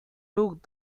took